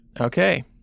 Okay